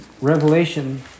Revelation